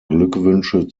glückwünsche